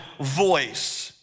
voice